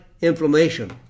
inflammation